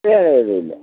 ഏ ഇല്ല ഇല്ല